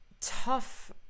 tough